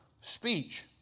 speech